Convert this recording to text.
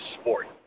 sport